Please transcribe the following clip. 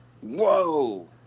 Whoa